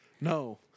No